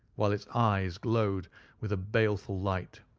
while its eyes glowed with a baleful light.